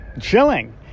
chilling